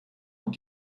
und